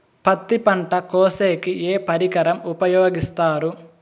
పత్తి పంట కోసేకి ఏ పరికరం ఉపయోగిస్తారు?